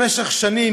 במשך שנים,